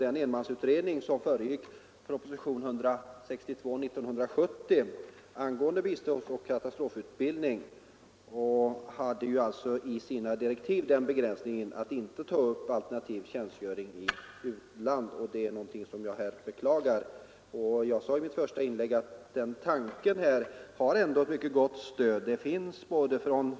Den enmansutredning som föregick propositionen 162 år 1970 angående biståndsoch katastrofutbildning hade i sina direktiv den begränsningen att inte ta upp alternativ tjänstgöring i utlandet. Det är detta jag beklagar. Jag sade i mitt första inlägg att tanken ändå har ett mycket gott stöd.